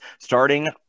starting